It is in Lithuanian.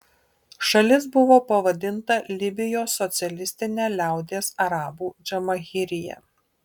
šalis buvo pavadinta libijos socialistine liaudies arabų džamahirija